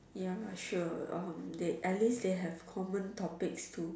ya lah sure at least they have common topics to